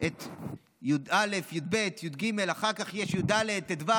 את י"א, י"ב, י"ג, אחר כך יש י"ד, ט"ו,